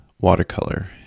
watercolor